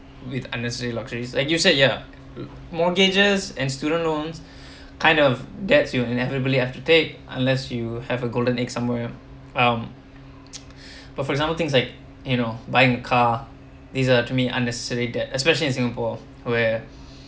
with unnecessary luxuries and you said ya mortgages and student loans kind of debts that you inevitably have to take unless you have a golden egg somewhere um but for example things like you know buying a car these are to me unnecessary debt especially in singapore where